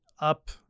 up